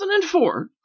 2004